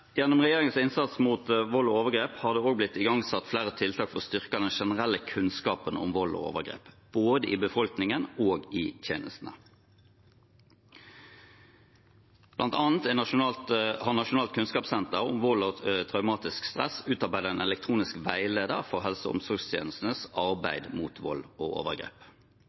Gjennom regjeringens innsats mot vold og overgrep har det også blitt igangsatt flere tiltak for å styrke den generelle kunnskapen om vold og overgrep, både i befolkningen og i tjenestene. Blant annet har Nasjonalt kunnskapssenter om vold og traumatisk stress utarbeidet en elektronisk veileder for helse- og omsorgstjenestenes arbeid mot vold og overgrep.